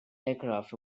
aircraft